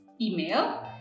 email